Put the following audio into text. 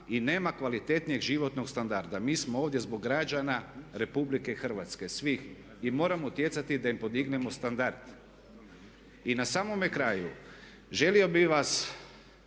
i nema kvalitetnijeg životnog standarda. Mi smo ovdje zbog građana Republike Hrvatske svih i moramo utjecati da im podignemo standard. I na samome kraju želio bih vas